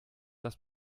das